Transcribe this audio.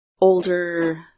older